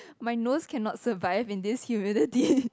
my nose cannot survive in this humidity